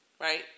right